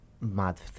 mad